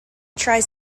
tries